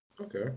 Okay